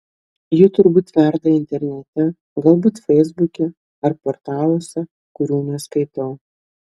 ji turbūt verda internete galbūt feisbuke ar portaluose kurių neskaitau